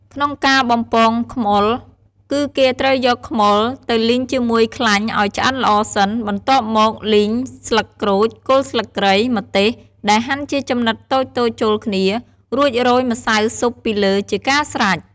ក្នុងការបំពងខ្មុល គឺគេត្រូវយកខ្មុលទៅលីងជាមួយខ្លាញ់ឱ្យឆ្អិនល្អសិន បន្ទាប់មកលីង ស្លឹកក្រូច គល់ស្លឹកគ្រៃ ម្ទេស ដែលហាន់ជាចំណិតតូចៗចូលគ្នា រួចរោយម្សៅស៊ុបពីលើជាការស្រេច។